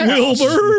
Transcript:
Wilbur